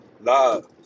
Love